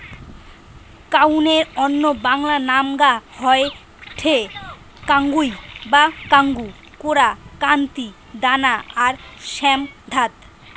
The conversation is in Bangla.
কাউনের অন্য বাংলা নামগা হয়ঠে কাঙ্গুই বা কাঙ্গু, কোরা, কান্তি, দানা আর শ্যামধাত